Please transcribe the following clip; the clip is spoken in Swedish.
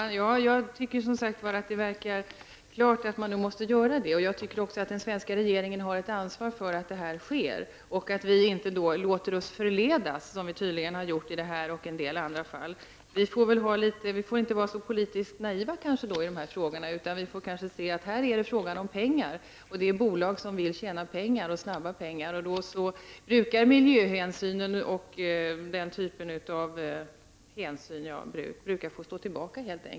Fru talman! Jag tycker som sagt att det verkar klart att man måste göra det. Jag tycker också att den svenska regeringen har ett ansvar för att det sker och att vi inte låter oss förledas, något som vi tydligen gjort i detta och en del andra fall. Vi får kanske inte vara politiskt så naiva i dessa frågor utan inse att det är fråga om bolag som vill tjäna snabba pengar. Då brukar miljöhänsynen få stå tillbaka.